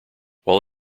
while